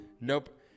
nope